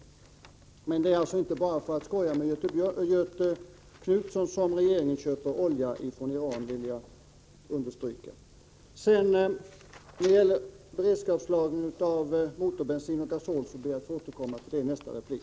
Jag vill understryka att det finns många skäl för regeringen att köpa olja från Iran — det är alltså inte bara för att skoja med Göthe Knutson som man gör det. Jag ber att få återkomma till frågan om beredskapslagring av motorbensin och gasol i min nästa replik.